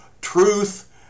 truth